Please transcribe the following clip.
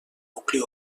nucli